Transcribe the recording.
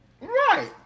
Right